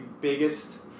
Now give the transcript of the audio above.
biggest